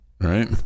Right